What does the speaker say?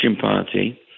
party